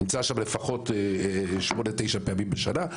אני נמצא שם לפחות שמונה תשע פעמים בשנה.